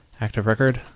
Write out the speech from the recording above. ActiveRecord